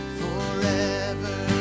forever